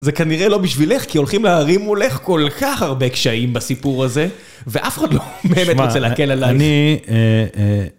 זה כנראה לא בשבילך, כי הולכים להרים מולך כל כך הרבה קשיים בסיפור הזה, ואף אחד לא באמת רוצה להקל עלייך. תשמע, אני...